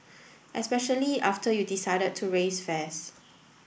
especially after you decided to raise fares